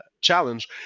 challenge